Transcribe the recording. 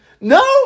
No